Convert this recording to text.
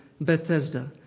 Bethesda